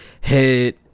head